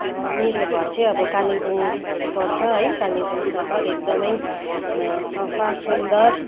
मेरो घर चाहिँ अब कालिम्पोङ पर्छ है कालिम्पोङ सहर एकदमै सफा सुन्दर